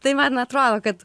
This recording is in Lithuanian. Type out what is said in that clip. tai man atrodo kad